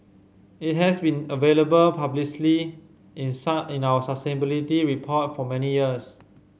it has been available publicly in in our sustainability report for many years